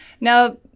Now